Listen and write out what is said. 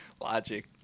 Logic